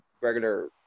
regular